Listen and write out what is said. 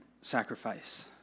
sacrifice